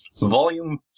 Volume